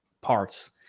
parts